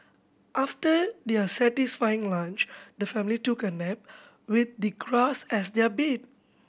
after their satisfying lunch the family took a nap with the grass as their bed